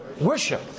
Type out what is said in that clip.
Worship